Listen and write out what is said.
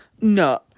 No